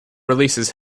releases